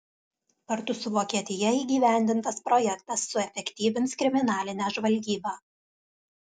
kartu su vokietija įgyvendintas projektas suefektyvins kriminalinę žvalgybą